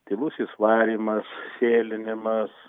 tylusis varymas sėlinimas